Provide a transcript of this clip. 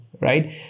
right